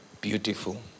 Beautiful